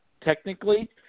technically